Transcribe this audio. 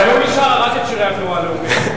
אבל היום היא שרה רק את שירי התנועה הלאומית.